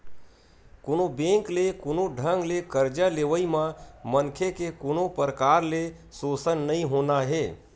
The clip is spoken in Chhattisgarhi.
कोनो बेंक ले कोनो ढंग ले करजा लेवई म मनखे के कोनो परकार ले सोसन नइ होना हे